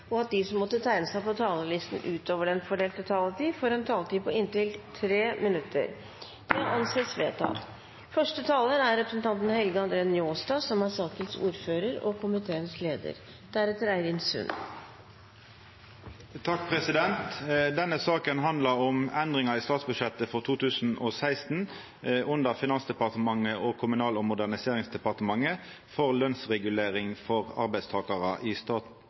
og at de som måtte tegne seg på talerlisten utover den fordelte taletid, får en taletid på inntil 3 minutter – Det anses vedtatt. Denne saka handlar om endringar i statsbudsjettet for 2016 under Finansdepartementet og Kommunal- og moderniseringsdepartementet for lønsregulering for arbeidstakarar i